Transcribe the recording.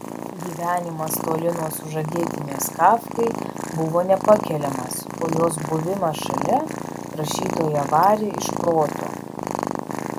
gyvenimas toli nuo sužadėtinės kafkai buvo nepakeliamas o jos buvimas šalia rašytoją varė iš proto